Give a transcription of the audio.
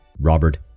Robert